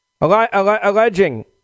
alleging